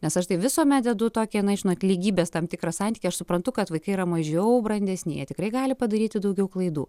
nes aš tai visuomet dedu tokį na žinot lygybės tam tikrą santykį aš suprantu kad vaikai yra mažiau brandesni jie tikrai gali padaryti daugiau klaidų